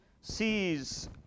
sees